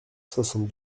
soixante